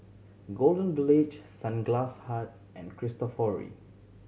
Golden Village Sunglass Hut and Cristofori